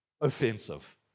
Offensive